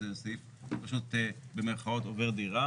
הסעיף פשוט במירכאות "עובר דירה".